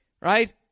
right